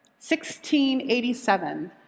1687